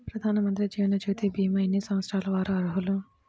ప్రధానమంత్రి జీవనజ్యోతి భీమా ఎన్ని సంవత్సరాల వారు అర్హులు?